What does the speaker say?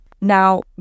Now